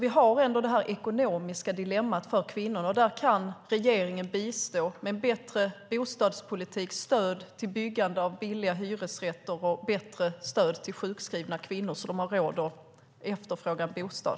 Vi har alltså det ekonomiska dilemmat för kvinnorna, och där kan regeringen bistå med en bättre bostadspolitik, stöd till byggandet av billiga hyresrätter och bättre stöd till sjukskrivna kvinnor så att de har råd att efterfråga en bostad.